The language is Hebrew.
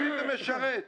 את מי הם באים לשרת?